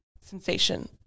sensation